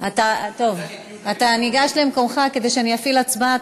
אתה ניגש למקומך כדי שאני אפעיל הצבעה?